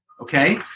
Okay